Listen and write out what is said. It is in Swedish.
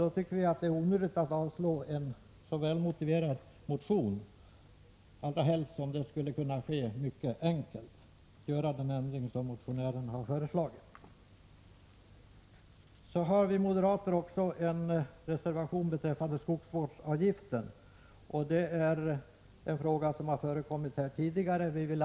Vi tycker att det är onödigt att avstyrka en så välmotiverad motion som den nu aktuella, allra helst som man mycket enkelt skulle kunna göra den ändring som motionärerna har föreslagit. Vi moderater har också avgett en reservation beträffande skogsvårdsavgiften. Det är en fråga som tidigare har varit föremål för diskussion i riksdagen.